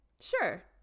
sure